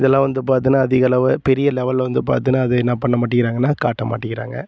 இதெலாம் வந்து பார்த்துனா அதிகளவு பெரிய லெவலில் வந்து பார்த்துனா அது அது என்ன பண்ண மாட்டேங்கிறாங்கன்னா காட்டமாட்டேங்கிறாங்க